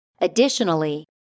Additionally